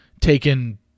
taken